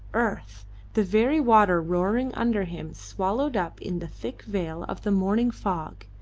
earth the very water roaring under him swallowed up in the thick veil of the morning fog,